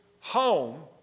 home